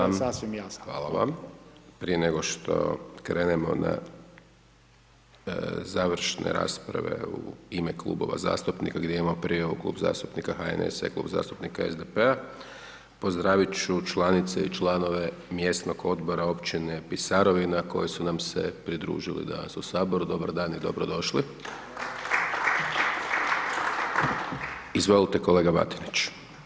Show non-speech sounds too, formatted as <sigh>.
Prije nego što krenemo na završne rasprave u ime klubova zastupnika gdje imamo prijavu Klub zastupnika HNS-a i Klub zastupnika SDP-a, pozdravit ću članice i članove Mjesnog odbora općine Pisarovina koji su nam se pridružili danas u saboru, dobar dan i dobro došli. … <applause> Izvolte kolega Batinić.